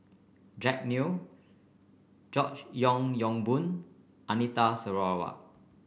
Jack Neo George Yeo Yong Boon Anita Sarawak